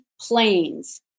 planes